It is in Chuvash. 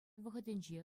вӑхӑтӗнче